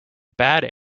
bad